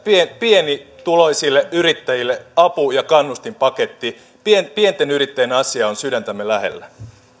pienituloisille yrittäjille apu ja kannustinpaketti pienten pienten yrittäjien asia on sydäntämme lähellä